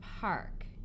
park